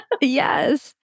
Yes